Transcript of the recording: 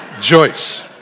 Joyce